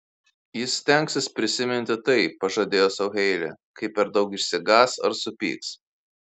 ji stengsis prisiminti tai pažadėjo sau heilė kai per daug išsigąs ar supyks